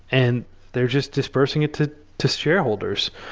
and they're just dispersing it to to shareholders.